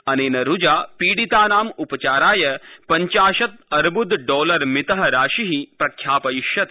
अनेन रूजा पीडितानां उपचाराय पञ्चाशत् अर्बुद डॉलरमित राशि प्रख्यापयिष्यते